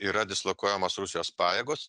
yra dislokuojamos rusijos pajėgos